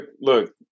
look